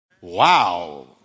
Wow